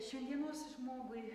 šiandienos žmogui